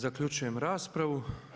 Zaključujem raspravu.